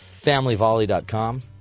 Familyvolley.com